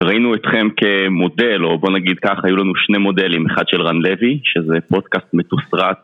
ראינו אתכם כמודל, או בוא נגיד כך, היו לנו שני מודלים, אחד של רן לוי, שזה פודקאסט מתוסרט.